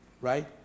Right